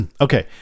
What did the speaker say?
Okay